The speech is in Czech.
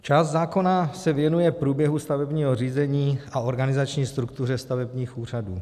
Část zákona se věnuje průběhu stavebního řízení a organizační struktuře stavebních úřadů.